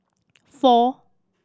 four